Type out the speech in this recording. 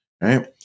right